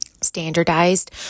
standardized